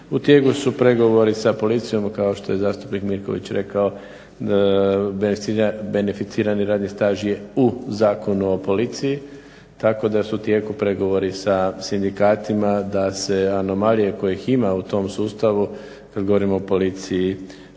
U tijeku su pregovori sa policijom kao što je zastupnik Mirković rekao beneficirani radni staž je u Zakonu o policiji, tako da su u tijeku pregovori sa sindikatima da se anomalije kojih ima u tom sustavu kad govorimo o policiji